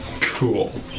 Cool